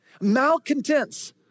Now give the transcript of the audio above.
malcontents